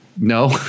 No